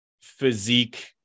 physique